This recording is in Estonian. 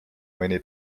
mõni